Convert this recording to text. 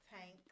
Tank